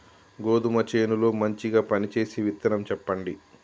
గోధుమ చేను లో మంచిగా పనిచేసే విత్తనం చెప్పండి?